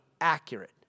accurate